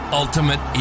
ultimate